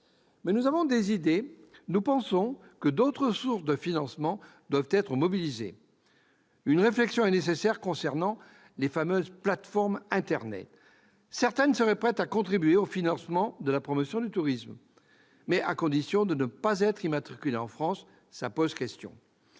Mais nous avons d'autres idées ; nous pensons notamment que d'autres sources de financement doivent être mobilisées. Une réflexion est nécessaire concernant les plateformes internet. Certaines seraient prêtes à contribuer au financement de la promotion du tourisme, à condition de ne pas être immatriculées en France. Cela pose problème.